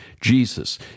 Jesus